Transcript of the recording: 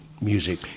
music